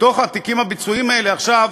לתוך התיקים הביצועיים האלה עכשיו